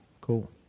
cool